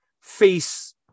face